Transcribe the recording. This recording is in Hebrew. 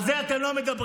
על זה אתם לא מדברים.